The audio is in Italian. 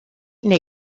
nei